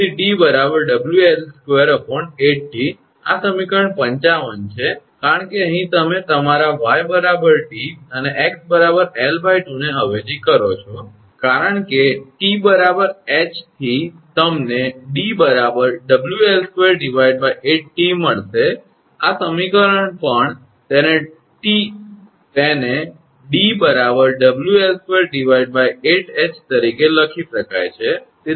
તેથી 𝑑 𝑊𝐿2 8𝑇 આ સમીકરણ 55 છે કારણ કે અહીં તમે તમારા 𝑦 𝑑 અને 𝑥 𝐿2 ને અવેજી કરો છો કારણ કે 𝑇 𝐻 થી તમને 𝑑 𝑊𝐿2 8𝑇 મળશે આ સમીકરણ પણ તેને 𝑑 𝑊𝐿2 8𝐻 તરીકે લખી શકાય છે